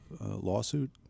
lawsuit